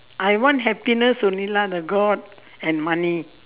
I want happiness only lah the god and money